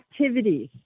activities